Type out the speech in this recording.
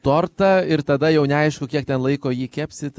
tortą ir tada jau neaišku kiek ten laiko jį kepsit